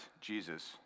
Jesus